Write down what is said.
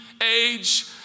age